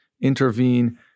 intervene